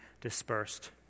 dispersed